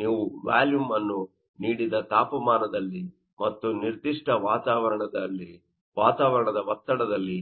ನೀವು ವ್ಯಾಲುಮ್ ಅನ್ನು ನೀಡಿದ ತಾಪಮಾನದಲ್ಲಿ ಮತ್ತು ನಿರ್ದಿಷ್ಟ ವಾತಾವರಣದ ಒತ್ತಡದಲ್ಲಿ